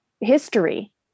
history